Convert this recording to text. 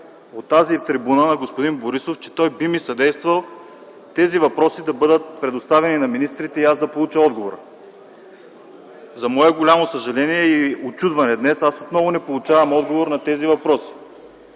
от тази трибуна, че той би ми съдействал тези въпроси да бъдат предоставени на министрите и аз да получа отговор. За мое голямо съжаление и учудване днес аз отново не получавам отговор на тези въпроси.